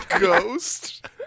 Ghost